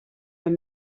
were